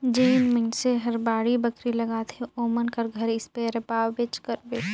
जेन मइनसे हर बाड़ी बखरी लगाथे ओमन कर घरे इस्पेयर पाबेच करबे